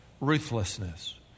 Ruthlessness